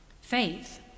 Faith